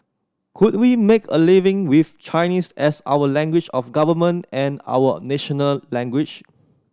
could we make a living with Chinese as our language of government and our national language